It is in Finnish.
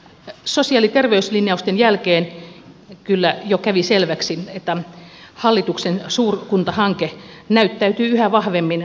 sosiaali ja terveyslinjausten jälkeen kyllä jo kävi selväksi että hallituksen suurkuntahanke näyttää yhä vahvemmin valtapolitiikalta